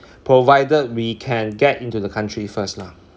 provided we can get into the country first lah